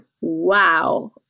wow